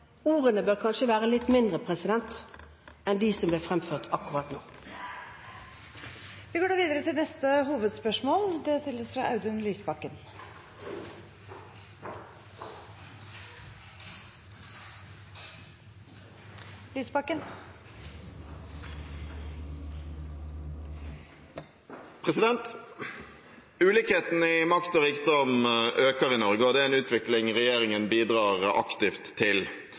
Ordene bør kanskje være litt mindre enn dem som ble fremført akkurat nå. Vi går videre til neste hovedspørsmål. Ulikheten i makt og rikdom øker i Norge, og det er en utvikling regjeringen bidrar aktivt til